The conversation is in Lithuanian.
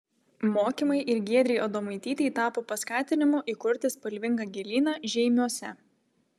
mokymai ir giedrei adomaitytei tapo paskatinimu įkurti spalvingą gėlyną žeimiuose